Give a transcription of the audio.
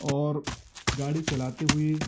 اور گاڑی چلاتے ہوئے